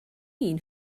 mean